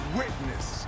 witness